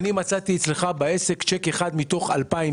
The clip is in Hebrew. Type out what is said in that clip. ומצאתי אצלך בעסק צ'ק אחד מתוך 2,000